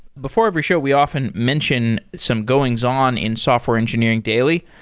before ever show we often mention some goings-on in software engineering daily.